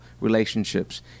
relationships